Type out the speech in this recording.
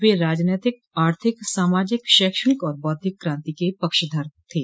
वे राजनैतिक आर्थिक सामाजिक शैक्षणिक और बौद्धिक क्रांति के पक्षधर थे